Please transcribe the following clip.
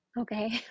okay